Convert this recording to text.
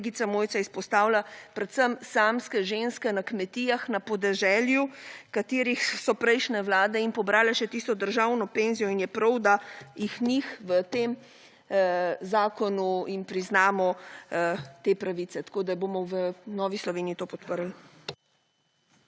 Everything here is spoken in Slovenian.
Kolegica Mojca je izpostavila predvsem samske ženske na kmetijah na podeželju, katerih so prejšnje jim pobrale še tisto državno penzijo. In je prav, da jih njih v tem zakonu jim priznamo te pravice. Tako, da bomo v Novi Sloveniji to podprli.